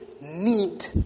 need